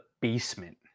basement